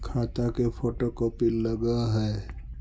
खाता के photo copy लगहै?